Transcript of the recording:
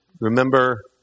Remember